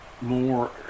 more